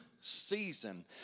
season